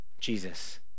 Jesus